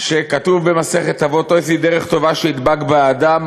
שכתוב במסכת אבות: איזוהי דרך טובה שידבק בה האדם,